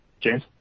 James